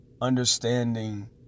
understanding